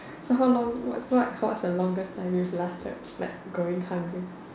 so how long what's what's the longest time you lasted like going hungry